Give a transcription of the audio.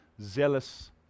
zealous